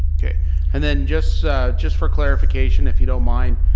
okay. and then just just for clarification if you don't mind,